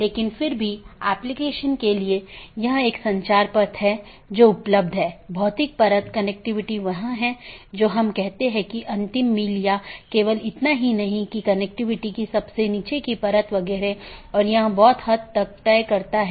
इन protocol के उदाहरण OSPF हैं और RIP जिनमे मुख्य रूप से इस्तेमाल किया जाने वाला प्रोटोकॉल OSPF है